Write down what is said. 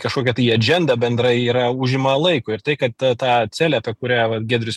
kažkokią tai adžendą bendrą yra užima laiko ir tai kad ta ta celė ta kurią vat giedrius